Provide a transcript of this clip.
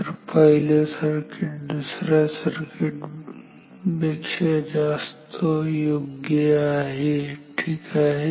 तर पहिलं सर्किट दुसऱ्या सारखी पेक्षा जास्त योग्य आहे ठीक आहे